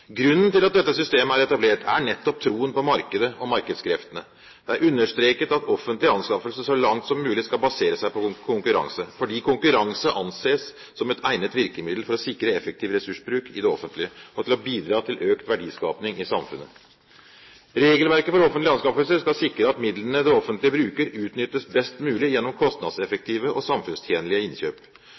Grunnen til at dette systemet er etablert, er nettopp troen på markedet og markedskreftene. Det er understreket at offentlige anskaffelser så langt som mulig skal basere seg på konkurranse, fordi konkurranse anses som et egnet virkemiddel for å sikre effektiv ressursbruk i det offentlige og til å bidra til økt verdiskaping i samfunnet. Regelverket for offentlige anskaffelser skal sikre at midlene det offentlige bruker, utnyttes best mulig gjennom kostnadseffektive og samfunnstjenlige innkjøp.